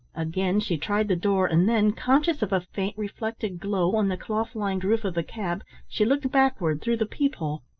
again she tried the door, and then, conscious of a faint reflected glow on the cloth-lined roof of the cab, she looked backward through the peep-hole.